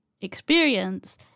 experience